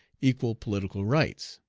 equal political rights.